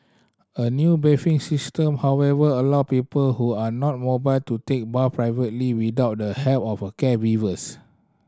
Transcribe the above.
a new bathing system however allow people who are not mobile to take baths privately without the help of a caregivers